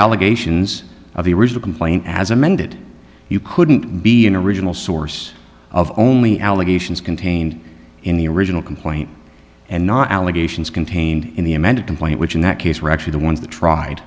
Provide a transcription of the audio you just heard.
allegations of the original complaint as amended you couldn't be an original source of only allegations contained in the original complaint and not allegations contained in the amended complaint which in that case were actually the ones that tried